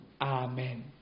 Amen